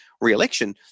re-election